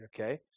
okay